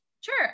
Sure